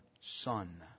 son